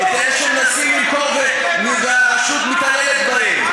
את אלה שמנסים למכור והרשות מתעללת בהם.